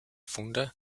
funde